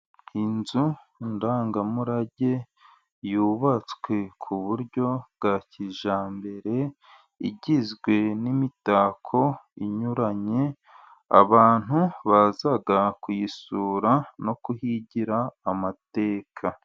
Inzu ndangamurage yubatswe ku buryo bwa kijyambere igizwe n'imitako inyuranye abantu baza kuyisura no kuhigira amateka.